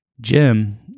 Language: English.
Jim